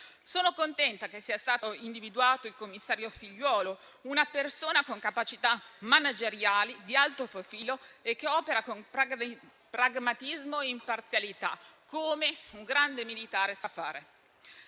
Sono contenta che sia stato individuato il commissario Figliuolo, una persona con capacità manageriali, di alto profilo, che opera con pragmatismo e imparzialità come un grande militare sa fare;